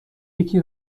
یکی